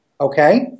okay